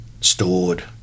stored